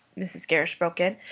mrs. gerrish broke in.